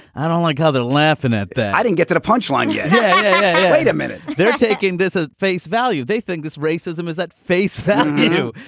i don't like how they're laughing at that i didn't get to the punch line. yeah wait wait a minute they're taking this at face value. they think this racism is at face value.